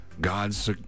God's